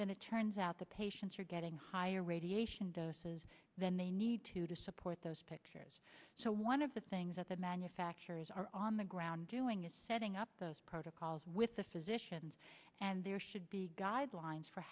then it turns out the patients are getting higher radiation doses than they need to to support those pictures so one of the things that the manufacturers are on the ground doing is setting up those protocols with the physicians and there should be guidelines for